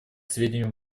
сведению